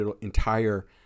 entire